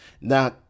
Now